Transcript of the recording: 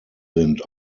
sind